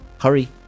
Hurry